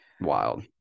wild